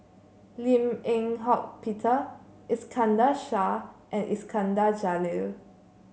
Lim Eng Hock Peter Iskandar Shah and Iskandar Jalil